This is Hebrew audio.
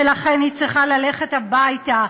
ולכן היא צריכה ללכת הביתה.